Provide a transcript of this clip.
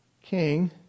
king